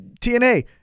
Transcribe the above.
TNA